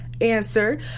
Answer